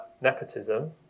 nepotism